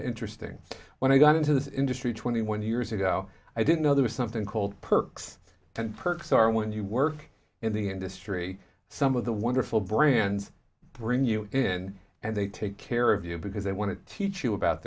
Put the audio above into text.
interesting when i got into this industry twenty one years ago i didn't know there was something called perks and perks are when you work in the industry some of the wonderful brands bring you in and they take care of you because they want to teach you about